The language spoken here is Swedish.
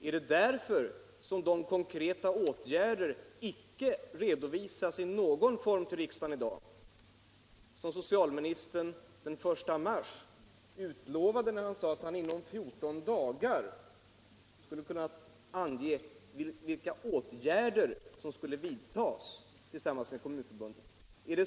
Är det därför som de konkreta åtgärder icke redovisas i någon form för riksdagen i dag som socialministern den 1 mars utlovade, när han sade att han inom 14 dagar skulle kunna ange vilka åtgärder som skulle vidtas tillsammans med Kommunförbundet?